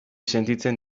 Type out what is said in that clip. sentitzen